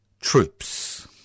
troops